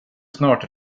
snart